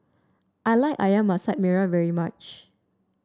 I like ayam Masak Merah very much